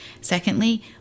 Secondly